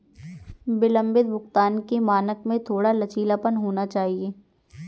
विलंबित भुगतान के मानक में थोड़ा लचीलापन होना चाहिए